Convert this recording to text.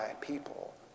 people